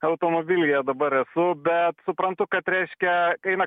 automobilyje dabar esu bet suprantu kad reiškia eina